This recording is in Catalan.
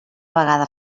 vegada